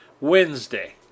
Wednesday